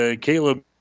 Caleb